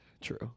true